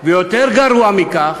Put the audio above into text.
ויותר גרוע מכך,